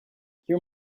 your